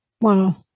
Wow